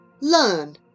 learn